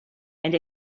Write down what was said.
and